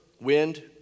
wind